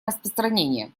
распространения